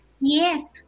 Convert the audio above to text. Yes